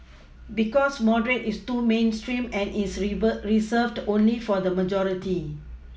because moderate is too mainstream and is revered Reserved only for the majority